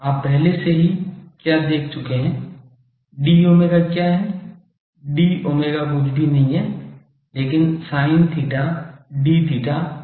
आप पहले से ही क्या देख चुके हैं d ओमेगा क्या है डी ओमेगा कुछ भी नहीं है लेकिन sin theta d theta d phi है